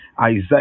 Isaiah